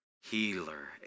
healer